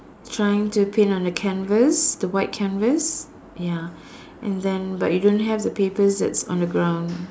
trying to paint on a canvas the white canvas ya and then but he don't have the papers that's on the ground